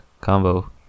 combo